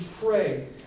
pray